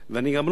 אני גם לא מבין,